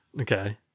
Okay